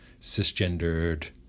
cisgendered